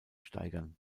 steigern